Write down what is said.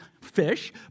fish